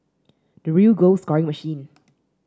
the real goal scoring machine